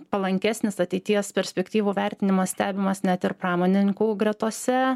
palankesnis ateities perspektyvų vertinimas stebimas net ir pramonininkų gretose